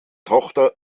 tochter